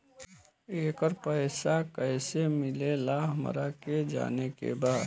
येकर पैसा कैसे मिलेला हमरा के जाने के बा?